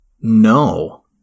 No